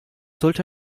sollte